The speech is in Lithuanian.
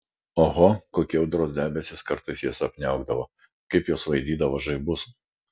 oho kokie audros debesys kartais jas apniaukdavo kaip jos svaidydavo žaibus